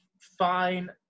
fine